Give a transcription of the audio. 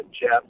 Jeff